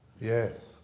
Yes